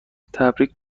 تبریک